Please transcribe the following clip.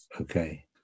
Okay